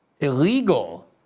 illegal